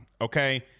okay